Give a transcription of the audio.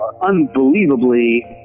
unbelievably